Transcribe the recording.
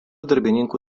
darbininkų